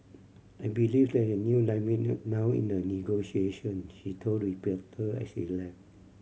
I believe there is a new dynamic now in the negotiations she told reporter as she left